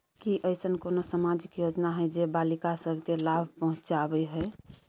की ऐसन कोनो सामाजिक योजना हय जे बालिका सब के लाभ पहुँचाबय हय?